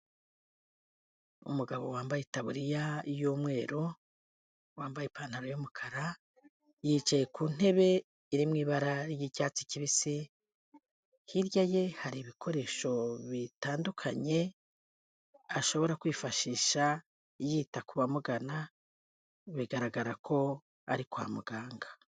Umugabo wambaye itaburiya y'umweru, wambaye ipantaro y'umukara, yicaye ku ntebe iri mu ibara ry'icyatsi kibisi, hirya ye hari ibikoresho bitandukanye, ashobora kwifashisha yita ku bamugana, bigaragara ko ari kwa muganga.